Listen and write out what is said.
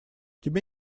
тебе